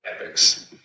epics